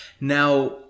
Now